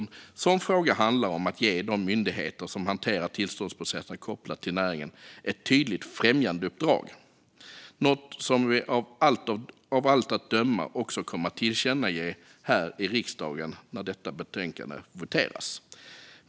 En sådan fråga handlar om att ge de myndigheter som hanterar tillståndsprocesser kopplade till näringen ett tydligt främjandeuppdrag, något som vi av allt att döma också kommer att tillkännage här i riksdagen när det voteras om detta betänkande.